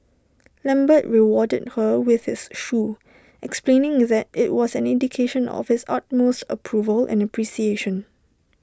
lambert rewarded her with his shoe explaining that IT was an indication of his utmost approval and appreciation